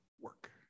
work